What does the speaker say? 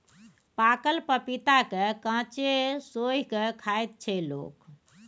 पाकल पपीता केँ कांचे सोहि के खाइत छै लोक